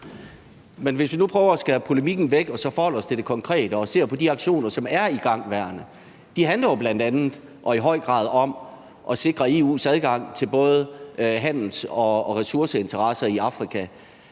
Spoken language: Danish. Men lad os nu prøve at skære polemikken væk og så forholde os til det konkrete og se på de igangværende aktioner. De handler jo bl.a. og i høj grad om at sikre EU's handels- og ressourceinteresser i Afrika.